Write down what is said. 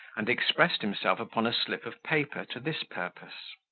and expressed himself upon a slip of paper to this purpose